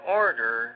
order